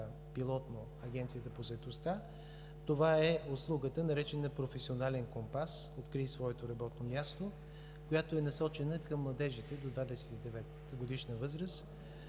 пилотно Агенцията по заетостта, е услугата, наречена Професионален компас – открий своето работно място, насочена към младежите до 29-годишна възраст,